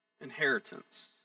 inheritance